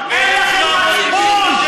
היה כיבוש, הוא נגמר.